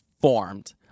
formed